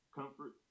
comfort